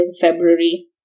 February